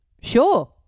Sure